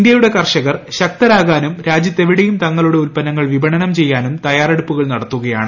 ഇന്ത്യയുടെ കർഷകർ ശക്തരാക്കാനും രാജ്യത്തെവിടെയും തങ്ങളുടെ ഉത്പന്നങ്ങൾ വിപണനം ചെയ്യാനും തയ്യാറെടുപ്പുകൾ നടത്തുകയാണ്